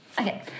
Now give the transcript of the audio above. Okay